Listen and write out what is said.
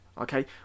okay